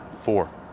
Four